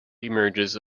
emerges